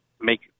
make